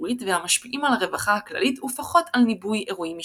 ציבורית והמשפיעים על הרווחה הכללית ופחות על ניבוי אירועים אישיים.